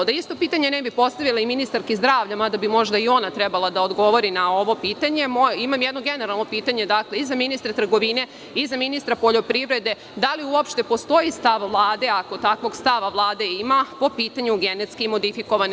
Da isto pitanje ne bi postavila ministarki zdravlja, mada bi možda i ona trebalo da odgovori na ovo pitanje, imam jedno generalno pitanje, i za ministra trgovine i minstra poljoprivrede, da li uopšte postoji stav Vlade, ako takvog stava Vlada ima po pitanju GMO?